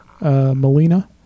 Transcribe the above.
Melina